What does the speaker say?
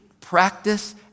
practice